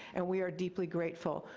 and we are deeply grateful.